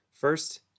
First